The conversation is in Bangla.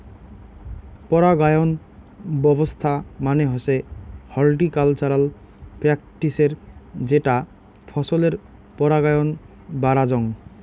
পরাগায়ন ব্যবছস্থা মানে হসে হর্টিকালচারাল প্র্যাকটিসের যেটা ফছলের পরাগায়ন বাড়াযঙ